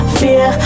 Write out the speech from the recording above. fear